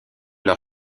leur